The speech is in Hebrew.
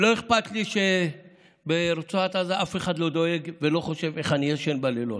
ולא אכפת לי שברצועת עזה אף אחד לא דואג ולא חושב איך אני ישן בלילות